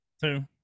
Two